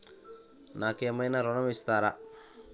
నాకు ఏమైనా ఋణం ఇస్తారా?